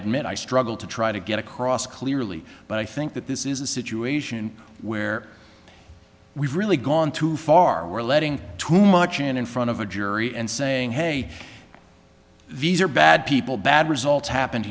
admit i struggle to try to get across clearly but i think that this is a situation where we've really gone too far we're letting too much in in front of a jury and saying hey these are bad people bad results happened